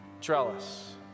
trellis